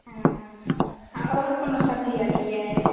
हँ आओर कोनो सब्जी अरी यए